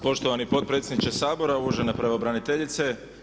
Poštovani potpredsjedniče Sabora, uvažena pravobraniteljice.